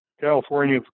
California